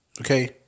Okay